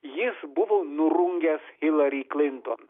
jis buvo nurungęs hilari klinton